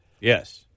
Yes